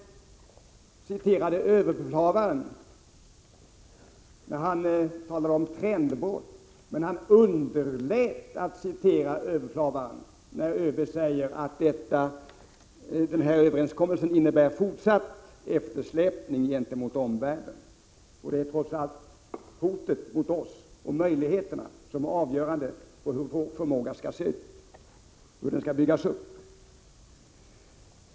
Hans Lindblad citerade överbefälhavaren, när denne talade om trendbrott, men underlät att citera överbefälhavarens uttalande om att den här överenskommelsen innebär fortsatt eftersläpning gentemot omvärlden. Det är trots allt hotet mot oss och möjligheterna för en eventuell motståndare som är avgörande för hur vår förmåga skall gestalta sig och byggas upp.